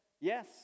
yes